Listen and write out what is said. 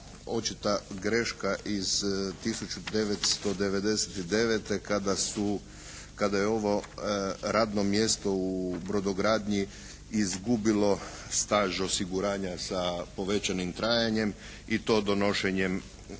očita greška iz 1999. kada je ovo radno mjesto u brodogradnji izgubilo staž osiguranja sa povećanim trajanjem i to tadašnjim